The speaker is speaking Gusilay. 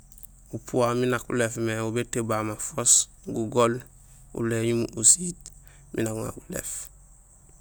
Upu wa miin nak ulééf mé wo bétébul ba mafoos, gugool, uléñun, usiit miin nak uŋa gulééf.